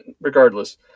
regardless